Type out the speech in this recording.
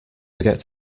forget